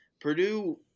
Purdue